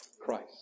Christ